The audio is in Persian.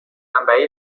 بمبئی